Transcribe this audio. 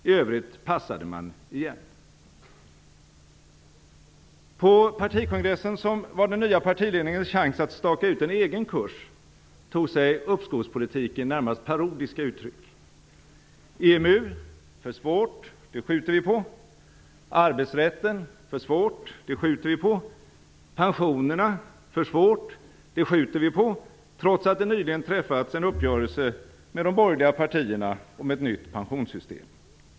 I På partikongressen, som var den nya partiledningens chans att staka ut en egen kurs, tog sig uppskovspolitiken närmast parodiska uttryck. EMU - för svårt, det skjuter vi på. Arbetsrätten - för svårt, det skjuter vi på. Pensionerna - för svårt, det skjuter vi på, trots att det nyligen träffats en uppgörelse med de borgerliga partierna om ett nytt pensionssystem.